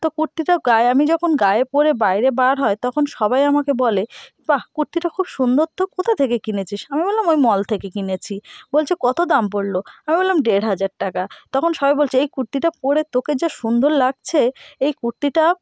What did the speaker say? তো কুর্তিটা গায়ে আমি যখন গায়ে পরে বাইরে বার হয় তখন সবাই আমাকে বলে বাহ্ কুর্তিটা খুব সুন্দর তো কোথা থেকে কিনেছিস আমি বললাম ওই মল থেকে কিনেছি বলছে কতো দাম পড়লো আমি বললাম ডেড় হাজার টাকা তখন সবাই বলচে এই কুর্তিটা পরে তোকে যা সুন্দর লাগছে এই কুর্তিটা